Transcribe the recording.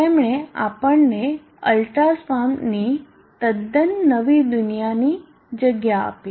તેમણે આપણને અલ્ટ્રા સ્પાવ્નની તદ્દન નવી દુનિયાની જગ્યા આપી